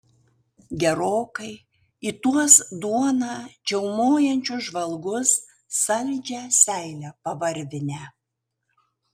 gerokai į tuos duoną čiaumojančius žvalgus saldžią seilę pavarvinę